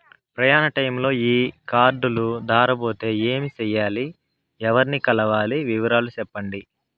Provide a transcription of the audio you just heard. ప్రయాణ టైములో ఈ కార్డులు దారబోతే ఏమి సెయ్యాలి? ఎవర్ని కలవాలి? వివరాలు సెప్పండి?